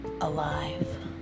alive